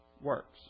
works